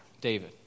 David